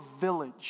village